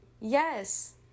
yes